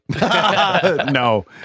No